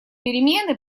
перемены